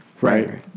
right